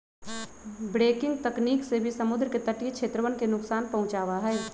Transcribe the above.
breaking तकनीक से भी समुद्र के तटीय क्षेत्रवन के नुकसान पहुंचावा हई